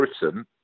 Britain